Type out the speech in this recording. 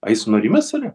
a jis nurimęs yra